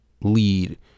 lead